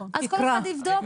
אז כל אחד יבדוק.